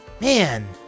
Man